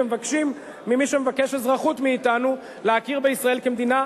ומבקשים ממי שמבקש אזרחות מאתנו להכיר בישראל כמדינה,